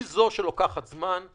הוא זה שלוקח זמן,